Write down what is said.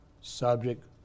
Subject